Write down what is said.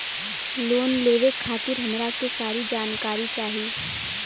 Loan लेवे खातीर हमरा के सारी जानकारी चाही?